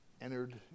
entered